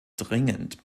dringend